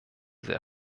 sehr